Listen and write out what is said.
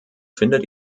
findet